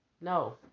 No